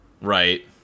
Right